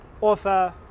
author